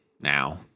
Now